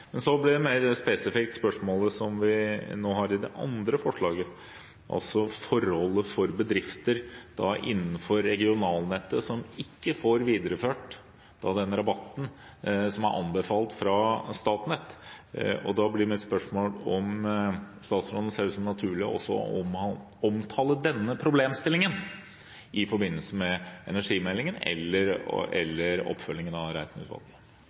Men så blir det mer spesifikt spørsmålet som vi nå har i det andre forslaget, altså forholdet for bedrifter innenfor regionalnettet som ikke får videreført den rabatten som er anbefalt fra Statnett. Da blir mitt spørsmål om statsråden ser det som naturlig også å omtale denne problemstillingen i forbindelse med energimeldingen eller oppfølgingen av Reiten-utvalget. La meg først si takk til representanten Elvestuen, som er godt fornøyd med noen av